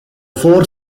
four